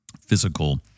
physical